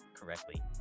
correctly